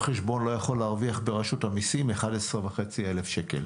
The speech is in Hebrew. חשבון לא יכול להרוויח ברשות המיסים 11,500 שקל.